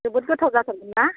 जोबोद गोथाव जाथारगोन ना